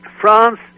France